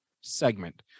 segment